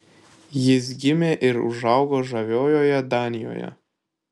jis gimė ir užaugo žaviojoje danijoje